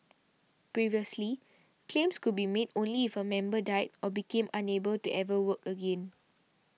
previously claims could be made only if a member died or became unable to ever work again